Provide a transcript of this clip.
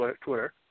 Twitter